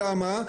למה?